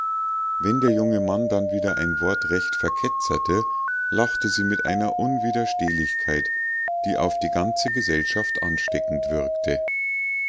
wenn der junge mann dann wieder ein wort recht verketzerte lachte sie mit einer unwiderstehlichkeit die auf die ganze gesellschaft ansteckend wirkte